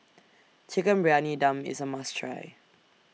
Chicken Briyani Dum IS A must Try